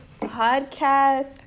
podcast